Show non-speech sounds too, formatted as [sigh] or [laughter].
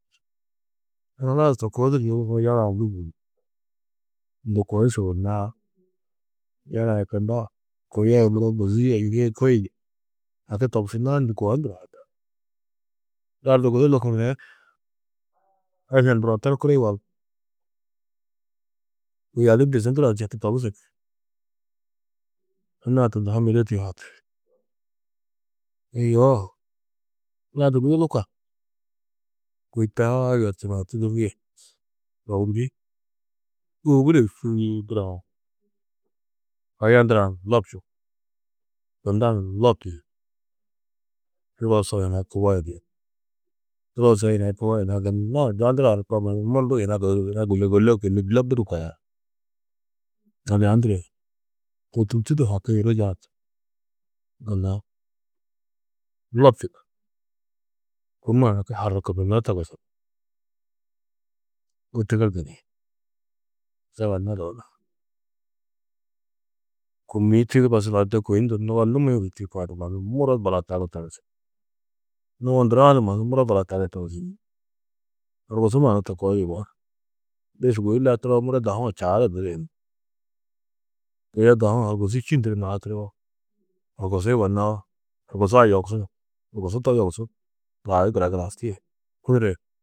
Halas to koo di yugurku yala-ã guyundu ni, ndû koo di sôonar, yala-ã tunda kôi a muro bozîe [unintelligible] haki tobusunãá ndu koo nduru hatar, lardu gudi lukuri ni iša ndurã torkuru walla, kôi a di bizi ndurã četu tobusu ni, anna-ã tunda ha mêde tuyuhati, yoo lardu gudi lukar, kôi taa yerturã tûdurie [unintelligible] ôwure čû ndurã, kaya ndurã lopčuo, tunda ni loptuyo, turo so yinak kubo yinak, turo so yinak kubo, gunna anja ndurã ni mbo mannu mundu yina guru, yina gôlo gôlo [unintelligible] [unintelligible] ndura yê, to tûrtu du haki ôroze-ã gunna, lopčundu, kômma haki harukundunó togus ni, bu tigirdu ni, zaga nadoo ni, kômiĩ tuyugusudã nde kôi ndur ŋgo numi-ĩ du tîyikã du mannu muro bulatago togus, numo ndurã du mannu muro bulatago togus, horkusu mannu to koo yugó, de sûgoi landuroo muro dahu-ã čaa du duduyunu ni, yê dahu-ã horkusu čî nduru nuhaturoo, horkusu yugonnó, horkusu-ã yogusu ni, horkusu to yogusu, lau a di guras gurasti yê kudura yê.